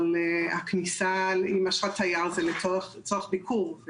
אבל הכניסה עם אשרת תייר זה לצורך ביקור.